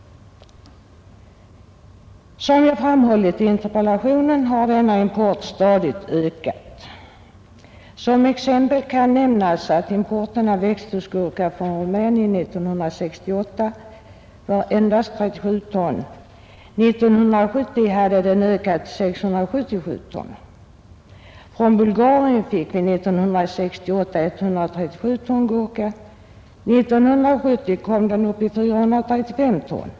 Såsom jag framhållit i interpellationen har denna import stadigt ökat. Som exempel kan nämnas att importen av växthusgurka från Rumänien 1968 var endast 37 ton; 1970 hade importen ökat till 677 ton. Från Bulgarien fick vi 1968 137 ton gurka; 1970 fick vi 435 ton.